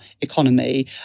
economy